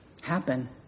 happen